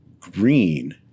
green